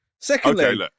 Secondly